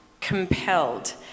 compelled